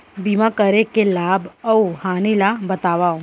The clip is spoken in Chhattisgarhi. बीमा करे के लाभ अऊ हानि ला बतावव